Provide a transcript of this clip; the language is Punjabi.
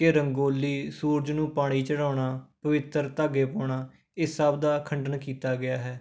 ਕਿ ਰੰਗੋਲੀ ਸੂਰਜ ਨੂੰ ਪਾਣੀ ਚੜ੍ਹਾਉਣਾ ਪਵਿੱਤਰ ਧਾਗੇ ਪਾਉਣਾ ਇਸ ਸਭ ਦਾ ਖੰਡਨ ਕੀਤਾ ਗਿਆ ਹੈ